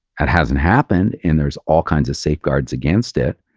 that hasn't happened and there's all kinds of safeguards against it.